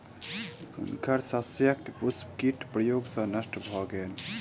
हुनकर शस्यक पुष्प कीट प्रकोप सॅ नष्ट भ गेल